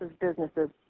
businesses